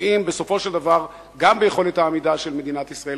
שפוגעים בסופו של דבר גם ביכולת העמידה של מדינת ישראל,